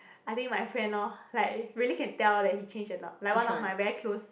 I think my friend lor like really can tell that he change a lot like one of my very close